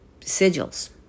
sigils